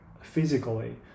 Physically